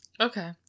Okay